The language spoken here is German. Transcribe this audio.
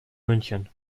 münchen